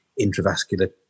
intravascular